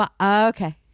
okay